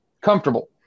comfortable